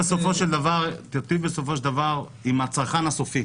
תיטיב, בסופו של דבר, עם הצרכן הסופי.